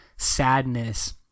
sadness